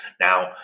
Now